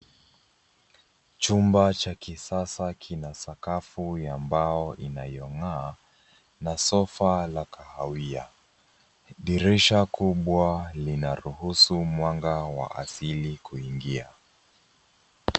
Chumba cha kisasa kina sakafu, ya mbao inayongaa na sofa la kahawia .Dirisha kubwa linaruhusu mwanga wa asili kuingia.